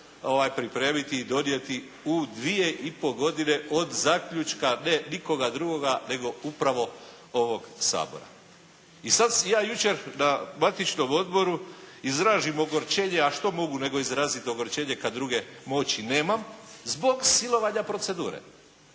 pripremiti i donijeti u 2 i pol godine od zaključka ne nikoga drugoga nego upravo ovog Sabora. I sad ja jučer na matičnom odboru izrazim ogorčenje, a što mogu nego izraziti ogorčenje kad druge moći nemam, zbog silovanja procedure,